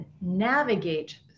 navigate